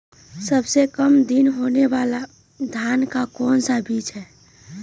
सबसे काम दिन होने वाला धान का कौन सा बीज हैँ?